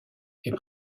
est